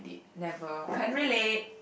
never can't relate